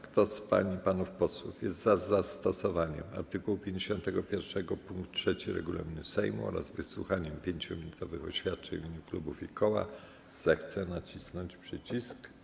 Kto z pań i panów posłów jest za zastosowaniem art. 51 pkt 3 regulaminu Sejmu oraz wysłuchaniem 5-minutowych oświadczeń w imieniu klubów i koła, zechce nacisnąć przycisk.